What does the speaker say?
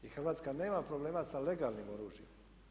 I Hrvatska nema problema sa legalnim oružjem.